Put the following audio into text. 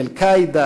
"אל-קאעידה",